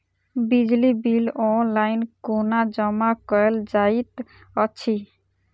बिजली bill online कोना जमा कएल जाइत अछि?